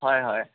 হয় হয়